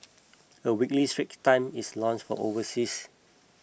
a weekly Straits Times is launched for overseas